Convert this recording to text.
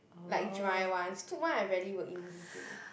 like dry ones soup [one] I rarely will eat Mee-Hoon-Kway